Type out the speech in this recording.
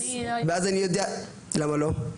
למה לא?